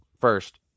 first